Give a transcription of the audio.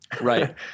right